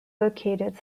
located